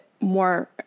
more